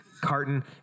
carton